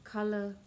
Color